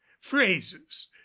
phrases